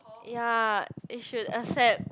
ya they should accept